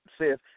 says